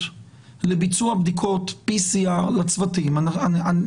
לביצוע בדיקות PCR לצוותי האוויר,